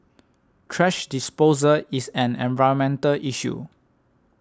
thrash disposal is an environmental issue